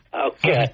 Okay